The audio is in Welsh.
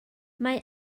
mae